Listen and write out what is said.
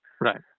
Right